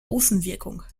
außenwirkung